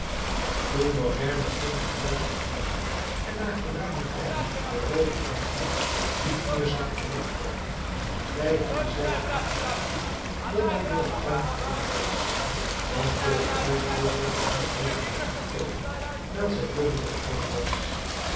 toen morgiane geen geruisch meer hoorde en na geruimen tijd den rooverhoofdman niet meer zag terugkomen twijfelde zij er niet meer aan dat hij door den tuin gevlucht was want door de huisdeur kon hij niet hopen te ontkomen wijl zij dubbel op slot was